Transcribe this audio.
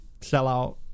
sellout